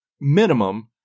minimum